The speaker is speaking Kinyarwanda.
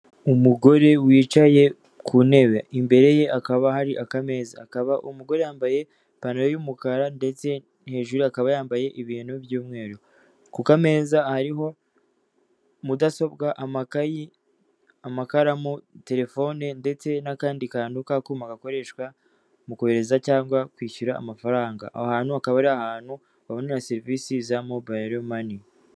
Umugore wicaye ku ntebe imbere ye akaba hari akameza, akaba umugore yambaye ipantaro y'umukara ndetse hejuru akaba yambaye ibintu by'umweru, ku k'ameza hariho mudasobwa, amakayi, amakaramu, telefone ndetse n'akandi kantu k'akuma gakoreshwa mu kohereza cyangwa kwishyura amafaranga, aho hantu hakaba ari ahantu babonera serivisi za mobayiromani.